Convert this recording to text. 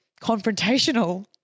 confrontational